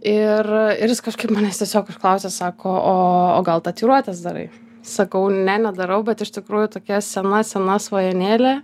ir ir jis kažkaip manęs tiesiog išklausė sako o o gal tatuiruotes darai sakau ne nedarau bet iš tikrųjų tokia sena sena svajonėlė